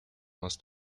más